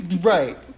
Right